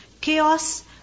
chaos